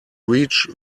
reach